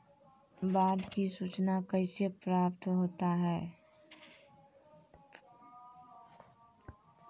बाढ की सुचना कैसे प्राप्त होता हैं?